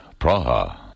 Praha